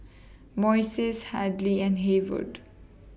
Moises Hadley and Haywood